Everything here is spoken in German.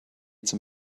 zum